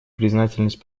признательность